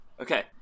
Okay